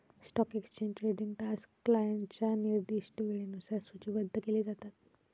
stock exchange trading तास क्लायंटच्या निर्दिष्ट वेळेनुसार सूचीबद्ध केले जातात